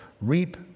reap